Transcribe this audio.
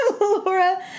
Laura